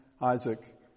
Isaac